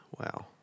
Wow